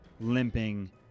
limping